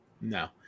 No